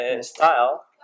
style